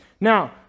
Now